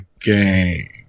game